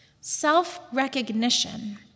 Self-recognition